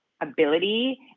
ability